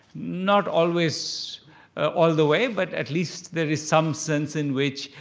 not always all the way. but at least there is some sense in which